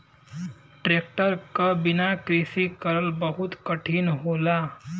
tractor क बिना कृषि करल बहुत कठिन होला